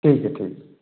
ठीक है ठीक है